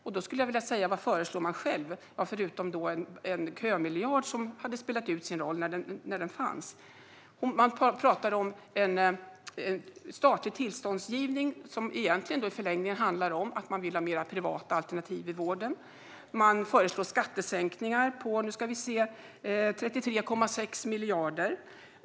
Jag skulle vilja veta vad hon själv föreslår, förutom en kömiljard, som hade spelat ut sin roll när den fanns. Man talar om en statlig tillståndsgivning som i förlängningen handlar om att man vill ha fler privata alternativ i vården. Man förslår skattesänkningar på 33,6 miljarder.